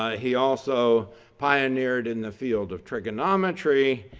ah he also pioneered in the field of trigonometry.